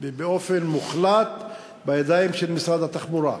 באופן מוחלט בידיים של משרד התחבורה?